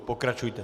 Pokračujte.